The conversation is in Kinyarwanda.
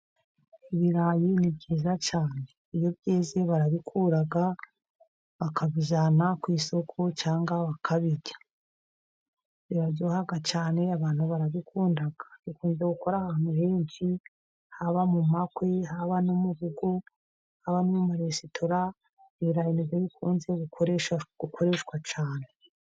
Ibirayi ni byiza cyane, iyo byeze barabikura bakabijyana ku isoko cyangwa bakabirya, biraryoha cyane abantu barabikunda, bikunda gukora ahantu henshi, haba mu makwe, haba no mu rugo, haba mu maresitora, ibirayi ni byo bikunze gukoreshwa cyane.